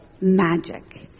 magic